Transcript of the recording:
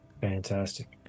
Fantastic